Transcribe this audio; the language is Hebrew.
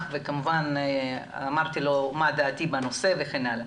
וכמובן אמרתי לו את דעתי בנושא וכן הלאה.